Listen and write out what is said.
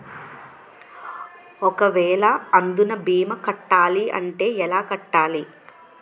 ఒక వేల అందునా భీమా కట్టాలి అంటే ఎలా కట్టాలి?